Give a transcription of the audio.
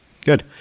good